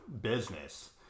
business